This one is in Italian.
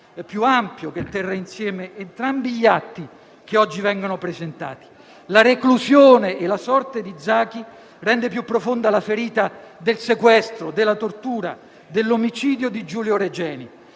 più ampio che terrà insieme entrambi gli atti che oggi vengono presentati. La reclusione e la sorte di Zaki rende più profonda la ferita del sequestro, della tortura, dell'omicidio di Giulio Regeni.